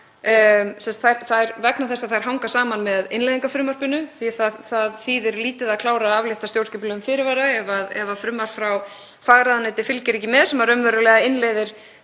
vegna þess að þær hanga saman með innleiðingarfrumvarpinu. Það þýðir lítið að klára að aflétta stjórnskipulegum fyrirvara ef frumvarp frá fagráðuneyti fylgir ekki með sem raunverulega innleiðir